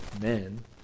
men